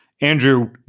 Andrew